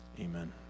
amen